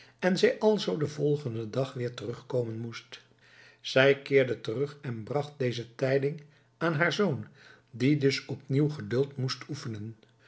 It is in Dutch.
en zij alzoo den volgenden dag weer terugkomen moest zij keerde terug en bracht deze tijding aan haar zoon die dus opnieuw geduld moest oefenen